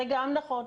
זה גם נכון.